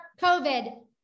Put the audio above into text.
COVID